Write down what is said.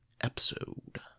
episode